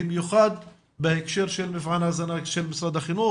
במיוחד בהקשר של מפעל ההזנה של משרד החינוך